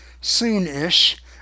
soon-ish